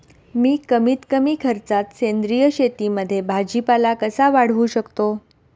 मी कमीत कमी खर्चात सेंद्रिय शेतीमध्ये भाजीपाला कसा वाढवू शकतो?